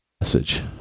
message